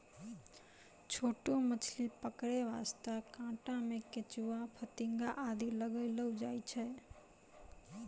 छोटो मछली पकड़ै वास्तॅ कांटा मॅ केंचुआ, फतिंगा आदि लगैलो जाय छै